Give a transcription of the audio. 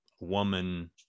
woman